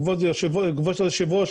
כבוד יושבת הראש,